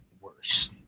worse